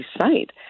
site